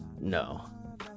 no